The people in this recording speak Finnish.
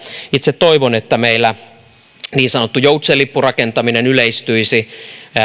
itse toivon että meillä niin sanottu joutsenlippurakentaminen yleistyisi